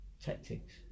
tactics